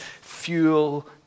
fuel